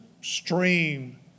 stream